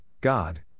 God